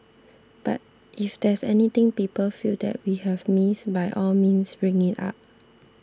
but if there's anything people feel that we have missed by all means bring it up